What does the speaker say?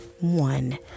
one